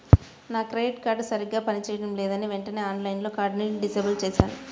నా credit card సరిగ్గా పని చేయడం లేదని వెంటనే ఆన్లైన్లో కార్డుని డిజేబుల్ చేశాను